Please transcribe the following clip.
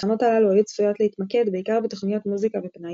התחנות הללו היו צפויות להתמקד בעיקר בתוכניות מוזיקה ופנאי,